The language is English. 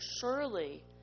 surely